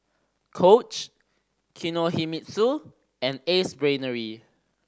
Coach Kinohimitsu and Ace Brainery